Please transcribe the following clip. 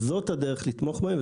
זו הדרך לתמוך בהם.